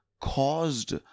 caused